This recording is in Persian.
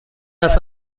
است